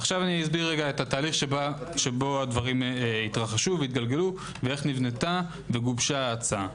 עכשיו אסביר את התהליך שבו הדברים התגלגלו ואיך נבנתה וגובשה ההצעה.